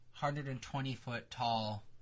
120-foot-tall